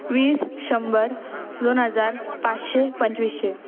वीस शंभर दोन हजार पाचशे पंचवीसशे